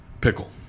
Pickle